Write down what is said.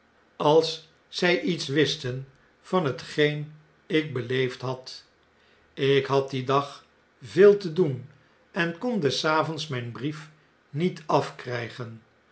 als zjj iets wisten van hetgeen ik beleefd had jk had dien dag veel te doen en kon des avonds mijn brief niet afkrggen